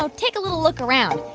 um take a little look around.